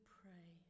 pray